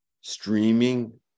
streaming